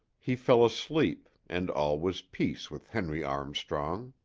he fell asleep and all was peace with henry armstrong.